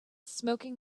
smoking